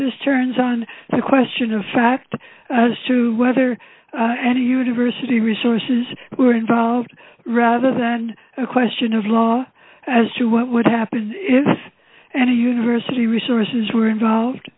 this turns on the question of fact as to whether how do you diversity resources who are involved rather than a question of law as to what would happen if and a university resources were involved